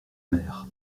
mer